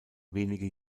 wenige